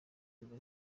kuza